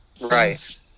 right